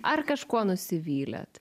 ar kažkuo nusivylėt